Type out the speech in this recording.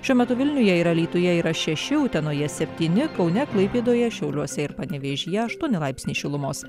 šiuo metu vilniuje ir alytuje yra šeši utenoje septyni kaune klaipėdoje šiauliuose ir panevėžyje aštuoni laipsniai šilumos